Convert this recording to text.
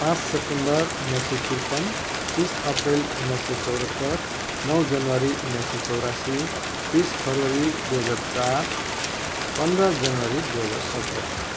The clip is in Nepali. पाँच सेप्टेम्बर उन्नाइस सय त्रिपन्न तिस अप्रिल उन्नाइस सय चौहत्तर नौ जनवरी उन्नाइस सय चौरासी बिस फेब्रुअरी दुई हजार चार पन्ध्र जनवरी दुई हजार सत्र